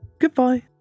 Goodbye